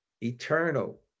Eternal